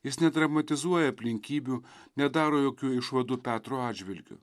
jis nedramatizuoja aplinkybių nedaro jokių išvadų petro atžvilgiu